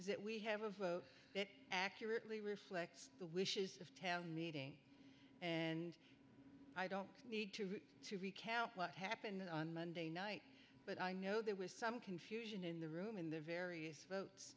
that we have a vote it accurately reflects the wishes of town meeting and i don't need to to recount what happened on monday night but i know there was some confusion in the room in the various votes